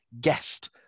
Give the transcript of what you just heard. guest